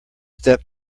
step